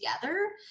together